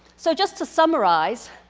so just to summarize,